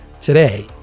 today